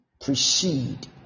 proceed